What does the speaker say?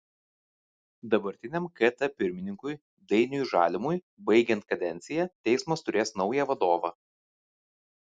dabartiniam kt pirmininkui dainiui žalimui baigiant kadenciją teismas turės naują vadovą